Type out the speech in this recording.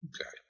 Okay